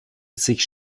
sich